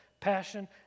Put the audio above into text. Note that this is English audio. passion